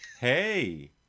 Hey